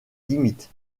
limites